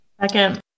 Second